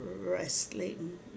wrestling